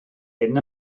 hyn